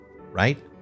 right